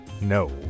No